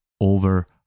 over